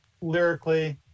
lyrically